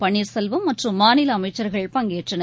பன்னீர்செல்வம் மற்றும் மாநிலஅமைச்சர்கள் பங்கேற்றனர்